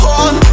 on